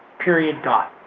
period dot.